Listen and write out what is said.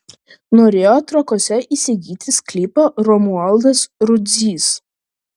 norėjo trakuose įsigyti sklypą romualdas rudzys